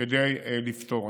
כדי לפתור.